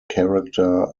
character